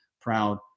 proud